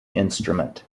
instrument